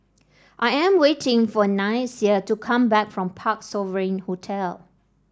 I am waiting for Nyasia to come back from Parc Sovereign Hotel